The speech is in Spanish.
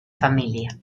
familia